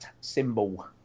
symbol